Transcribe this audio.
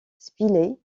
spilett